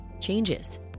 changes